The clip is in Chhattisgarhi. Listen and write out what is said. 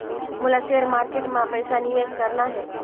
मोला शेयर मार्केट मां पइसा निवेश करना हे?